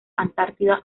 antártida